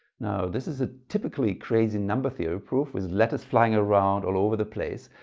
now this is a typically crazy number theory proof with letters flying around all over the place.